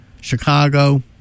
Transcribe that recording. Chicago